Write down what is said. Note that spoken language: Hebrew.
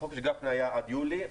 החוק של גפני היה עד יולי.